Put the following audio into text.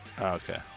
Okay